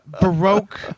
Baroque